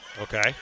Okay